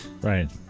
right